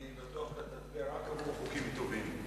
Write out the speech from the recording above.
אני בטוח שאתה תצביע רק עבור חוקים טובים.